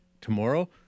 tomorrow